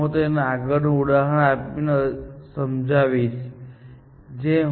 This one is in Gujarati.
ડોમેઇનના આધારે આપણે ડોમેઇન જોઈશું ઉદાહરણ તરીકેઅમે સિમ્બોલિક ઇન્ટિગ્રેશન સાથે જોવાનું શરૂ કરીશું